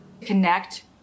connect